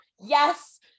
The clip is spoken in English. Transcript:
yes